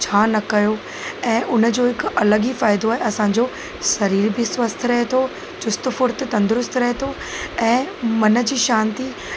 छा न कयो ऐं उन जो हिकु अलॻि ई फ़ाइदो आहे असांजो सरीर बि स्वस्थ रहे थो चुस्त फुर्त तंदुरुस्त रहे थो ऐं मन जी शांती ऐं